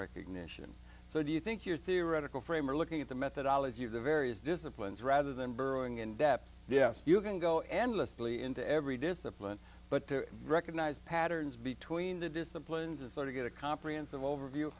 recognition so do you think your theoretical frame or looking at the methodology of the various disciplines rather than burrowing in depth yes you can go endlessly into every discipline but to recognize patterns between the disciplines is there to get a comprehensive overview